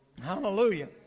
Hallelujah